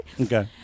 Okay